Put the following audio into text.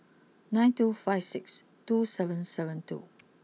nine two five six two seven seven two